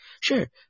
sure